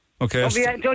Okay